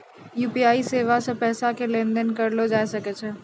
UPI सेबा से पैसा के लेन देन करलो जाय सकै छै